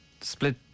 split